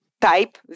type